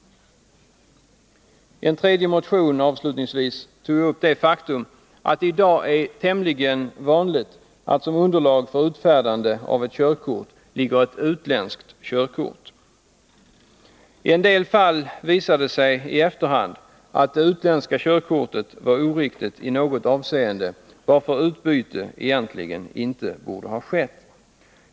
Ien annan motion, avslutningsvis, har jag tagit upp det faktum att det i dag är tämligen vanligt att ett utländskt körkort utgör underlag vid utfärdandet av ett körkort. I en del fall har det i efterhand visat sig att det utländska körkortet i något avseende varit oriktigt, varför utbyte egentligen inte borde ha skett.